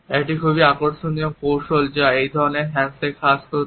একটি খুব আকর্ষণীয় কৌশল যা এই ধরণের হ্যান্ডশেক হ্রাস করতে